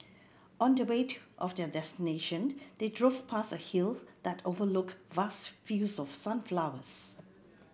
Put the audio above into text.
on the way to of their destination they drove past a hill that overlooked vast fields of sunflowers